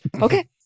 Okay